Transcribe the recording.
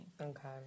Okay